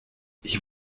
ich